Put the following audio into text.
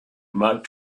mark